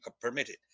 permitted